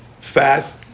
fast